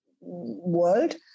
world